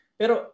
pero